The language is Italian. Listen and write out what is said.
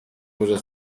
cosa